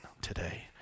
today